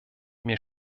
mir